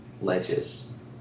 ledges